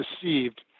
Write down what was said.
deceived